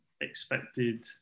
expected